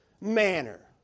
manner